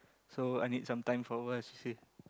so I need some time for awhile she say